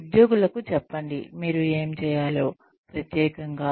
ఉద్యోగులకు చెప్పండి మీరు ఏమి చేయాలో ప్రత్యేకంగా